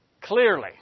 clearly